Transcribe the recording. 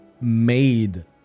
made